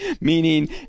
Meaning